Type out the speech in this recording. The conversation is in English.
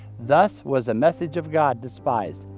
thus was the message of god despised,